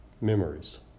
memories